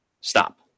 Stop